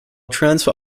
transfer